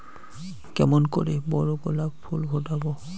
কেমন করে বড় গোলাপ ফুল ফোটাব?